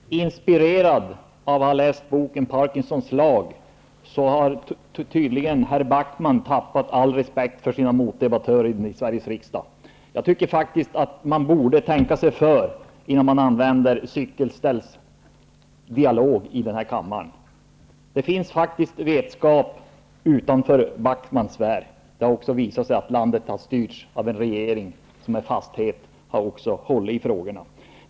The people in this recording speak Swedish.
Herr talman! Inspirerad av att ha läst boken om Parkinsons lag har tydligen herr Backman tappat all respekt för sina motdebattörer i Sveriges riksdag. Jag tycker att man borde tänka sig för innan man använder sig av en cykelställsdialog i kammaren. Det finns faktiskt vetskap utanför Backmans sfär. Det har också visat sig att landet har styrts av en regeringen som med fasthet har hållit i frågorna.